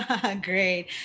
Great